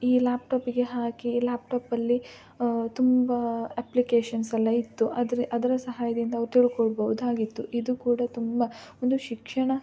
ಈ ಲ್ಯಾಪ್ಟಾಪಿಗೆ ಹಾಕಿ ಲ್ಯಾಪ್ಟಾಪಲ್ಲಿ ತುಂಬ ಅಪ್ಲಿಕೇಶನ್ಸೆಲ್ಲ ಇತ್ತು ಆದರೆ ಅದರ ಸಹಾಯದಿಂದ ಅವ್ರು ತಿಳ್ಕೊಳ್ಬಹುದಾಗಿತ್ತು ಇದು ಕೂಡ ತುಂಬ ಒಂದು ಶಿಕ್ಷಣ